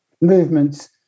movements